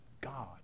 God